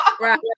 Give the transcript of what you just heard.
Right